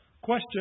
Question